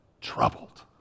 Troubled